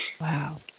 Wow